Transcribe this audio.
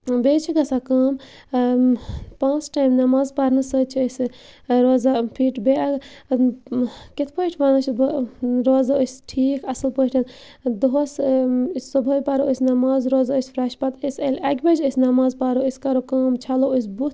بیٚیہِ چھِ گَژھان کٲم پانٛژھ ٹایم نٮماز پَرنہٕ سۭتۍ چھِ أسۍ روزان فِٹ بیٚیہِ کِتھ پٲٹھۍ وَنان چھِ بہٕ روزان أسۍ ٹھیٖک اَصٕل پٲٹھۍ دۄہَس صُبحٲے پَرو أسۍ نٮ۪ماز روزو أسۍ فرٛٮ۪ش پَتہٕ أسۍ ییٚلہِ اَکہِ بَجہِ أسۍ نٮ۪ماز پَرو أسۍ کَرو کٲم چھَلو أسۍ بُتھ